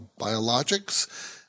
biologics